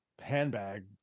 handbag